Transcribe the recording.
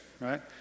right